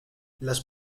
las